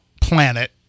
planet